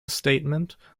statement